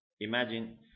Imagine